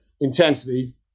intensity